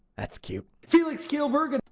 that's cute felix killberg and